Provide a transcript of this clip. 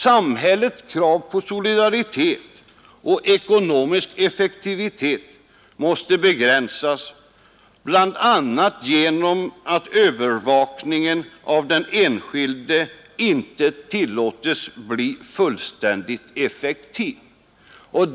Samhällets krav på solidaritet och ekonomisk effektivitet måste begränsas bl.a. genom att övervakningen av den enskilde inte tillåts bli fullständigt effektiv.